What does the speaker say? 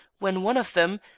when one of them,